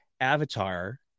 avatar